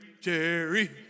Jerry